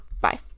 Bye